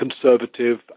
conservative